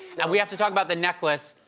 and we have to talk about the necklace,